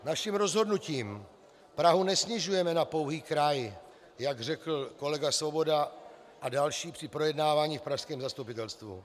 Naším rozhodnutím Prahu nesnižujeme na pouhý kraj, jak řekl kolega Svoboda a další při projednávání v pražském zastupitelstvu.